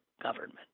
government